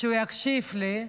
שהוא יקשיב לי.